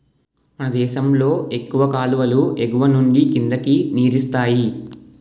మనదేశంలో ఎక్కువ కాలువలు ఎగువనుండి కిందకి నీరిస్తాయి